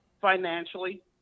financially